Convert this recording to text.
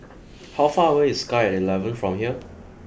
how far away is Sky Eleven from here